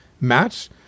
match